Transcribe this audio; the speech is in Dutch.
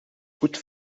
goed